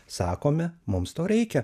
sakome mums to reikia